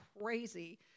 crazy